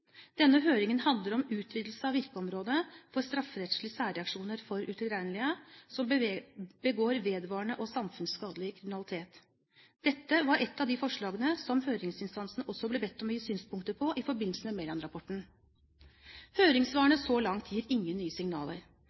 Denne høringen handler om utvidelse av virkeområdet for strafferettslige særreaksjoner for utilregnelige som begår vedvarende og samfunnsskadelig kriminalitet. Dette var et av de forslagene som høringsinstansene ble bedt om å gi synspunkter på i forbindelse med Mæland-rapporten. Høringssvarene så langt gir ingen nye signaler.